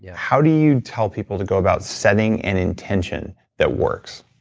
yeah how do you tell people to go about setting an intention that works?